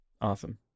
awesome